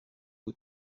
aux